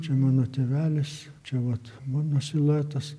čia mano tėvelis čia vat mano siluetas